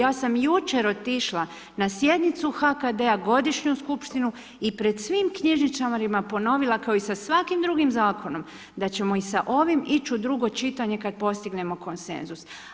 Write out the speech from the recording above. Ja sam jučer otišla na sjednicu HKD-a, godišnju skupštinu i pred svim knjižničarima ponovila kao i sa svakim drugim zakonom da ćemo i sa ovim ići u drugo čitanje kada postignemo konsenzus.